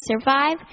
survive